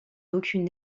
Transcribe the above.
aucune